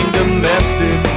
Domestic